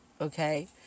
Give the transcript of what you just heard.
Okay